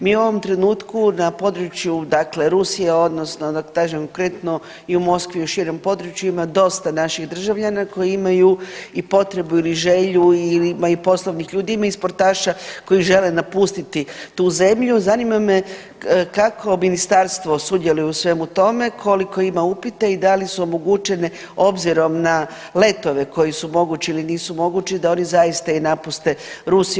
Mi u ovom trenutku na području Rusije odnosno da kažem konkretno i u Moskvi i u širem području ima dosta naših državljana koji imaju i potrebu ili želju ili ima i poslovnih ljudi, ima i sportaša koji žele napustiti tu zemlju, zanima me kako ministarstvo sudjeluje u svemu tome, koliko ima upita i da li su omogućene obzirom na letove koji su mogući ili nisu mogući da oni zaista napuste Rusiju?